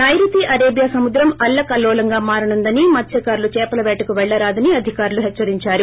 నైరుతి అరేబియా సముద్రం అల్లకల్లో బంగా మారనుందని మత్స్కారులు చేపల పేటకు పెళ్లరాదని అధికారులు హెచ్చరించారు